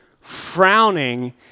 frowning